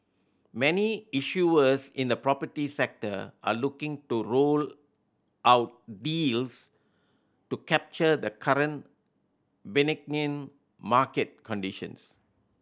many issuers in the property sector are looking to roll out deals to capture the current benign market conditions